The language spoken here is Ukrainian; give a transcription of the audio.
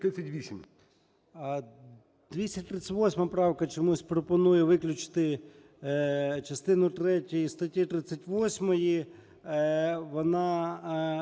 238 правка чомусь пропонує виключити частину третю із